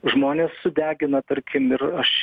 žmones sudegina tarkim ir aš